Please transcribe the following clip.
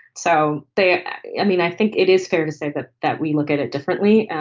so they ah i mean, i think it is fair to say that that we look at it differently.